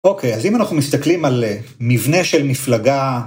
אוקיי, אז אם אנחנו מסתכלים על מבנה של מפלגה...